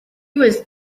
was